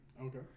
Okay